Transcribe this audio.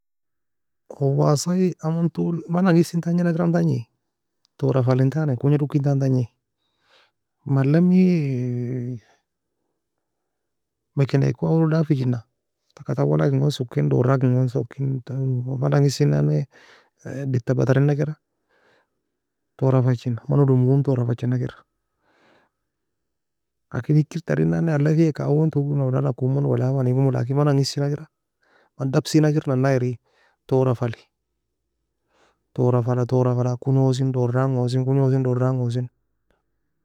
غواصة ei aman taul man agise en tagn'akiram tagni tora falin etani kogna dockintan tagni malei emi mekeneko awolog dafigina, taka tawoe lakin gon sokae dorakin gon soki, man agise nanne deta bataraien'akira tora fachina, man oulome gon tora fachinakir, لكن hikr tren nanne alafieka awoen taue wala nakomo wala mani komo لكن man angise nakira man dabsie nakir nana er tora fali, tora fala, tora tora fala, kognosin dorangosin, kognosin dorangosin.